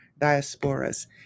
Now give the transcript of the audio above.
diasporas